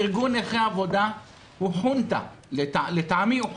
ארגון נכי העבודה הוא חונטה לדעתי.